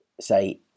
say